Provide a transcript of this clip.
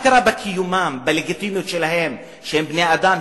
הכרה בקיומם, בלגיטימיות שלהם, שהם בני-אדם.